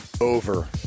Over